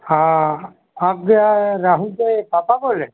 हाँ आप क्या राहुल के पापा बोल रहे